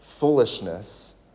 foolishness